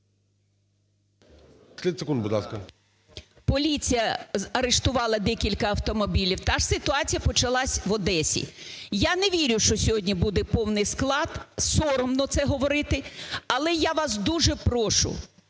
…поліція арештувала декілька автомобілів. Та ж ситуація почалась в Одесі. Я не вірю, що сьогодні буде повний склад. Соромно це говорити. Але я вас дуже прошу